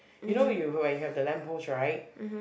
you know you where you have the lamp post right